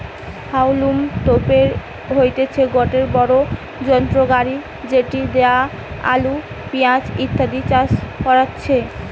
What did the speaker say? হাউলম তোপের হইতেছে গটে বড়ো যন্ত্র গাড়ি যেটি দিয়া আলু, পেঁয়াজ ইত্যাদি চাষ করাচ্ছে